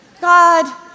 god